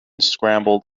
scrambled